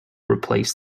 replace